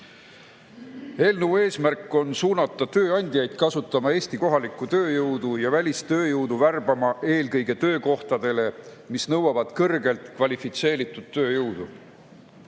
Eelnõu eesmärk on suunata tööandjaid kasutama Eesti kohalikku tööjõudu ja värbama välistööjõudu eelkõige töökohtadele, mis nõuavad kõrgelt kvalifitseeritud tööjõudu.